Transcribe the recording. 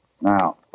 Now